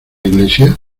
iglesia